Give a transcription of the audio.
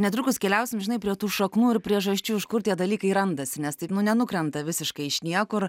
netrukus keliausim žinai prie tų šaknų ir priežasčių iš kur tie dalykai randasi nes tai nu nenukrenta visiškai iš niekur